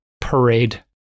parade